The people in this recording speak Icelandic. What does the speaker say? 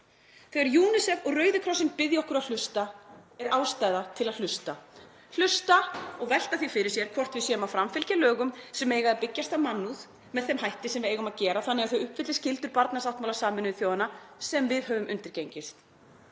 Þegar UNICEF og Rauði krossinn biðja okkur að hlusta er ástæða til að hlusta, hlusta og velta því fyrir sér hvort við séum að framfylgja lögum sem eiga að byggjast á mannúð með þeim hætti sem við eigum að gera þannig að þau uppfylli skyldur barnasáttmála Sameinuðu þjóðanna sem við höfum undirgengist.